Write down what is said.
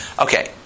Okay